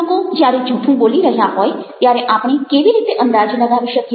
લોકો જ્યારે જુઠ્ઠું બોલી રહ્યા હોય ત્યારે આપણે કેવી રીતે અંદાજ લગાવી શકીએ